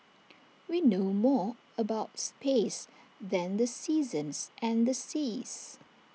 we know more about space than the seasons and the seas